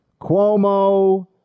Cuomo